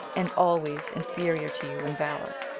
and always inferior to you in valor.